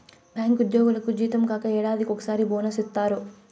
bank ఉద్యోగులకు జీతం కాక ఏడాదికి ఒకసారి బోనస్ ఇత్తారు